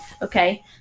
Okay